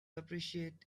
appreciate